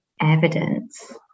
evidence